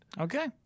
Okay